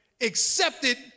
accepted